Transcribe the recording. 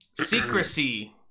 Secrecy